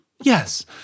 yes